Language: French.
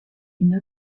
une